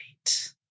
right